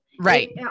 Right